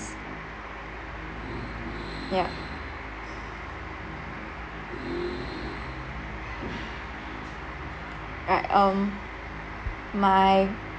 ya uh um my